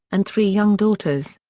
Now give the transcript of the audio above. and three young daughters.